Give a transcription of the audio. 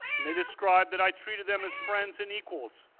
they described that i treated them as friends and equals.